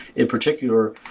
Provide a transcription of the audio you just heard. in particular,